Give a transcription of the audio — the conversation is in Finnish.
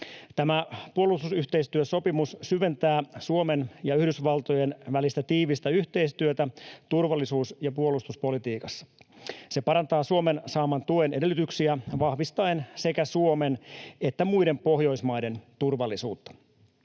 Tämä puolustusyhteistyösopimus syventää Suomen ja Yhdysvaltojen välistä tiivistä yhteistyötä turvallisuus- ja puolustuspolitiikassa. Se parantaa Suomen saaman tuen edellytyksiä vahvistaen sekä Suomen että muiden Pohjoismaiden turvallisuutta.